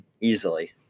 easily